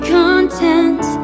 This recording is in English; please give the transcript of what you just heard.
content